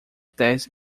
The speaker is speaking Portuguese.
dez